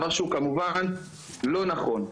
דבר שהוא כמובן לא נכון.